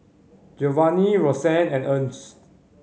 Giovanni Rosann and Ernst